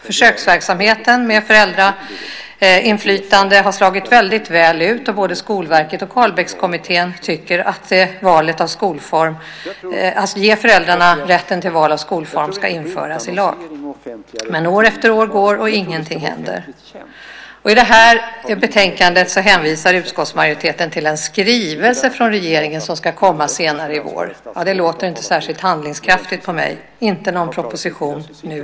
Försöksverksamheten med föräldrainflytande har slagit väl ut, och både Skolverket och Carlbeckkommittén tycker att val av skolform, att ge föräldrarna rätten till val av skolform, ska införas i lag. Men år efter år går och ingenting händer. I betänkandet hänvisar utskottsmajoriteten till en skrivelse som ska komma från regeringen senare i vår. Det låter inte särskilt handlingskraftigt. Inte heller nu blir det en proposition.